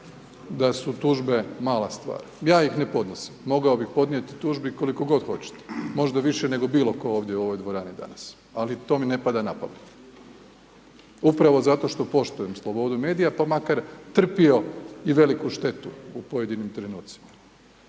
da su tužbe mala stvar. Ja ih ne podnosim, mogao bi podnijeti tužbi koliko god hoćete, možda više nego bilo tko ovdje u ovoj dvorani danas ali to mi ne pada na pamet, upravo zato što poštujemo slobodu medija pa makar trpio i veliku štetu u pojedinim trenucima.